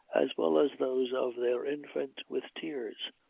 as well as those of their infant, with tears.